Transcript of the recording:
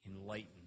enlightened